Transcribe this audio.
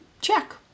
check